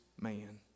man